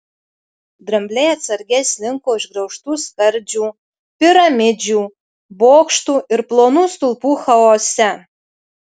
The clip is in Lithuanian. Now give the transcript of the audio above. drambliai atsargiai slinko išgraužtų skardžių piramidžių bokštų ir plonų stulpų chaose